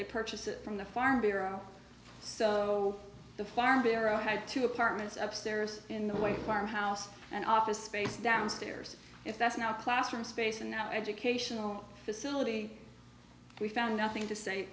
they purchased it from the farm bureau so the farm bureau had two apartments upstairs in the way farm house and office space downstairs if that's now classroom space in our educational facility we found nothing to say